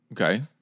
okay